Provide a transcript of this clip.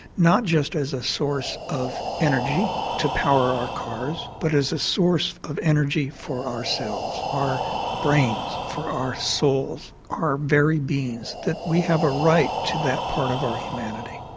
not just as a source of energy to power our cars but as a source of energy for ourselves, our brains, our souls, our very beings, that we have a right to that part of our humanity.